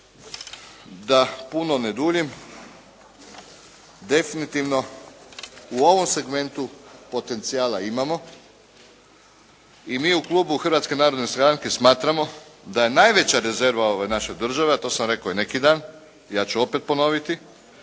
da puno ne duljim definitivno u ovom segmentu potencijala imamo i mi u klubu Hrvatske narodne stranke smatramo da je najveća rezerva ove naše države a to sam rekao i neki dan, ja ću opet ponoviti